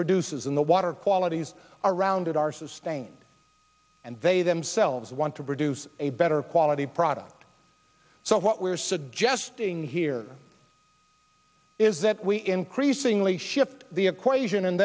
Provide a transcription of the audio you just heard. produces in the water qualities around it are sustained and they themselves want to produce a better quality product so what we're suggesting here is that we increasingly shift the equation and